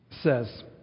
says